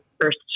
first